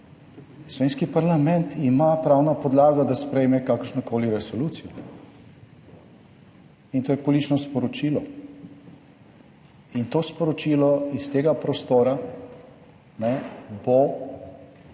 Slovenski parlament ima pravno podlago, da sprejme kakršnokoli resolucijo in to je politično sporočilo in to sporočilo iz tega prostora bo še